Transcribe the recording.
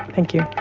thank you.